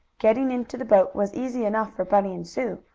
getting into the boat was easy enough for bunny and sue,